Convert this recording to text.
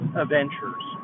adventures